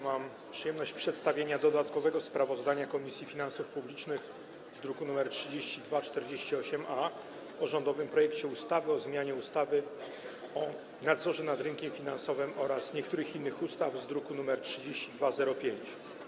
Mam przyjemność przedstawienia dodatkowego sprawozdania Komisji Finansów Publicznych, druk nr 3248-A, o rządowym projekcie ustawy o zmianie ustawy o nadzorze nad rynkiem finansowym oraz niektórych innych ustaw, druk nr 3205.